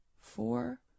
four